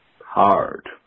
hard